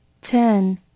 Ten